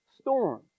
storm